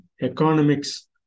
economics